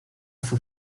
fue